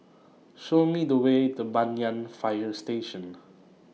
Show Me The Way to Banyan Fire Station